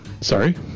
Sorry